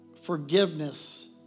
Forgiveness